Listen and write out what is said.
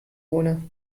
ohne